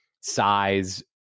size